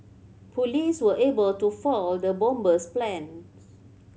police were able to foil the bomber's plans